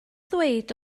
ddweud